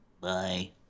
Bye